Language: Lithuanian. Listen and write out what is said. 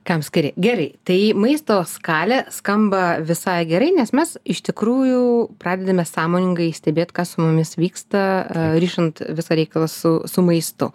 kam skiri gerai tai maisto skalė skamba visai gerai nes mes iš tikrųjų pradedame sąmoningai stebėt kas su mumis vyksta rišant visą reikalą su su maistu